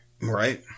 Right